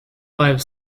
five